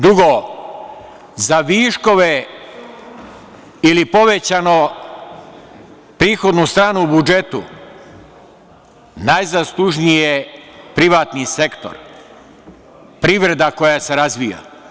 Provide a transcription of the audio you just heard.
Drugo, za viškove ili povećano prihodnu stranu u budžetu najzaslužniji je privatni sektor, privreda koja se razvija.